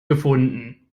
gefunden